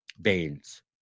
Baines